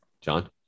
John